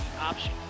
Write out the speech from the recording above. option